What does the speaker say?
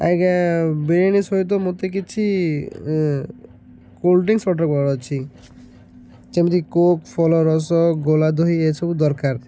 ଆଜ୍ଞା ବିରିୟାନୀ ସହିତ ମୋତେ କିଛି କୋଲ୍ଡ଼ ଡ୍ରିଙ୍କସ ଅର୍ଡ଼ର୍ ଅଛି ଯେମିତି କୋକ୍ ଫଳ ରସ ଘୋଳ ଦହି ଏସବୁ ଦରକାର